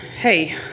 Hey